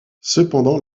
cependant